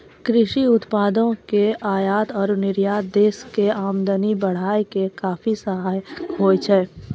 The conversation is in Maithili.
कृषि उत्पादों के आयात और निर्यात देश के आमदनी बढ़ाय मॅ काफी सहायक होय छै